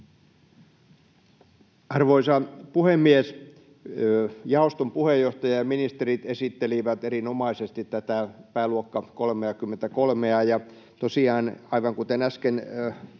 Arvoisa puhemies! Jaoston puheenjohtaja ja ministerit esittelivät erinomaisesti tätä pääluokka 33:a. Tosiaan, aivan kuten